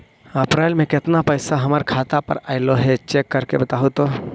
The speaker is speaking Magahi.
अप्रैल में केतना पैसा हमर खाता पर अएलो है चेक कर के बताहू तो?